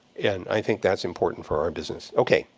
and i think that's important for our business. okay.